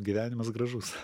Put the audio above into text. gyvenimas gražus